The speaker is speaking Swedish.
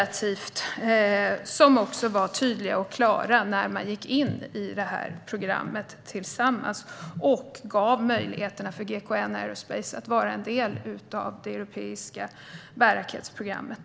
Åtagandena var också tydliga och klara när man gick in i detta program tillsammans och gav GKN Aerospace möjlighet att vara en del av det europeiska bärraketsprogrammet.